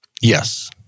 yes